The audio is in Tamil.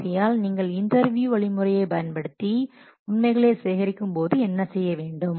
ஆகையால் நீங்கள் இன்டர்வியூ வழிமுறையை பயன்படுத்தி உண்மைகளை சேகரிக்கும் போது என்ன செய்ய வேண்டும்